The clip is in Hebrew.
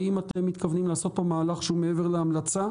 האם אתם מתכוונים לעשות פה מהלך שהוא מעבר להמלצה?